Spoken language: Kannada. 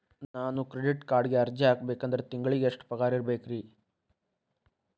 ನಾನು ಕ್ರೆಡಿಟ್ ಕಾರ್ಡ್ಗೆ ಅರ್ಜಿ ಹಾಕ್ಬೇಕಂದ್ರ ತಿಂಗಳಿಗೆ ಎಷ್ಟ ಪಗಾರ್ ಇರ್ಬೆಕ್ರಿ?